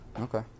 Okay